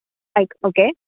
ആയി ഓക്കെ